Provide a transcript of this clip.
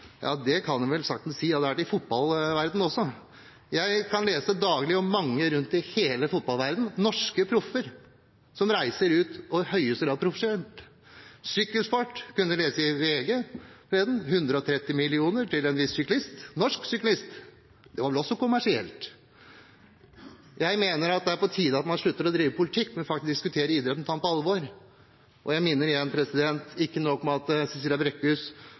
Ja, det kan vi vel saktens si at det er i fotballverdenen også. Jeg kan lese daglig om norske proffer som reiser rundt i hele fotballverdenen og i høyeste grad er profesjonelle. Sykkelsport: Vi kunne lese i VG forleden – 130 mill. kr til en viss norsk syklist. Det er vel også kommersielt. Jeg mener at det er på tide at man slutter å drive politikk, men faktisk diskuterer denne idretten og tar den på alvor. Jeg minner om: Ikke nok med at